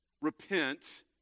Repent